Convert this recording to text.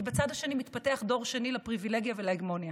כי בצד השני מתפתח דור שני לפריבילגיה ולהגמוניה.